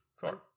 Sure